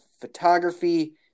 photography